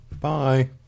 Bye